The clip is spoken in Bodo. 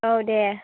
औ दे